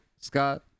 Scott